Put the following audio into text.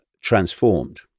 transformed